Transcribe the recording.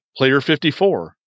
PLAYER54